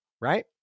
right